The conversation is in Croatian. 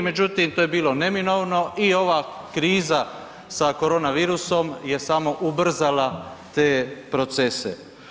Međutim to je bilo neminovno i ova kriza sa koronavirusom je samo ubrzala te procese.